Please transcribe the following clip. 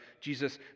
Jesus